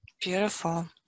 Beautiful